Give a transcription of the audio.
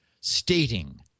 stating